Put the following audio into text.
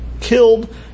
killed